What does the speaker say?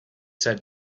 said